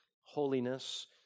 Holiness